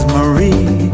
Marie